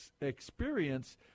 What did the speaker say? experience